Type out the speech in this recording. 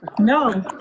no